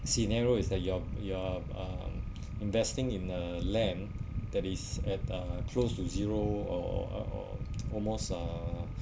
scenario is that you are you're um investing in a land that is at uh close to zero or uh almost uh